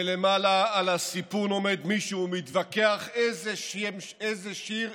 ולמעלה על הסיפון עומד מישהו ומתווכח איזה שיר,